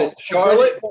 Charlotte